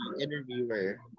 interviewer